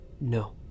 No